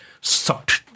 sucked